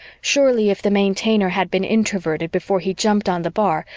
surely, if the maintainer had been introverted before he jumped on the bar,